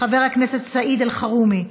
חבר הכנסת סעיד אלחרומי,